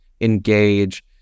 engage